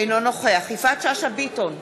אינו נוכח יפעת שאשא ביטון,